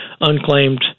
unclaimed